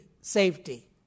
safety